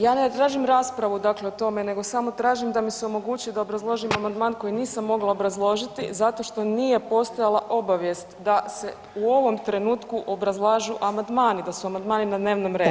Ja ne tražim raspravu dakle o tome nego samo tražim da mi se omogući da obrazložim amandman koji nisam mogla obrazložiti zato što nije postojala obavijest da se u ovom trenutku obrazlažu amandmanu, da su amandmani na dnevnom redu.